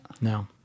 No